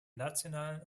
nationalen